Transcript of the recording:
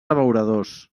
abeuradors